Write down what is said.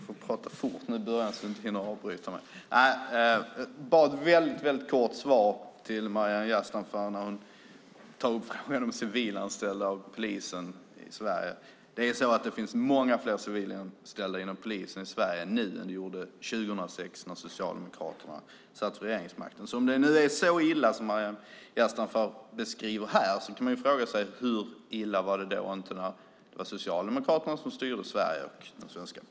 Fru talman! Låt mig ge ett väldigt kort svar till Maryam Yazdanfar beträffande civilanställda inom polisen i Sverige. Det finns i dag många fler civilanställda inom polisen än 2006 när Socialdemokraterna hade regeringsmakten. Om det nu är så illa som Maryam Yazdanfar säger kan man fråga sig hur illa det då inte var när Socialdemokraterna styrde landet.